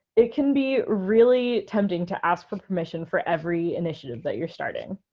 it can be really tempting to ask for permission for every initiative that you're starting.